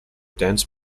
dance